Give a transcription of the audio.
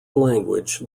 language